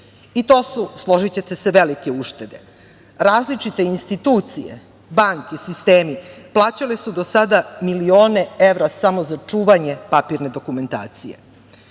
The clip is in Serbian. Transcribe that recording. To su, složićete se velike uštede. Različite institucije, banke, sistemi, plaćali su do sada milione evra samo za čuvanje papirne dokumentacije. Predlogom